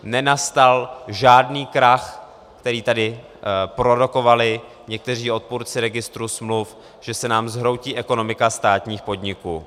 Nenastal žádný krach, který tady prorokovali někteří odpůrci registru smluv, že se nám zhroutí ekonomika státních podniků.